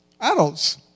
adults